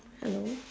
hello